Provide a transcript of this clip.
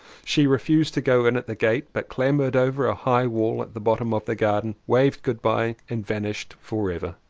she refused to go in at the gate but clambered over a high wall at the bottom of the garden, waved good-bye and vanished forever.